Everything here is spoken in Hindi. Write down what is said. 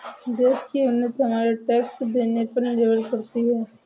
देश की उन्नति हमारे टैक्स देने पर निर्भर करती है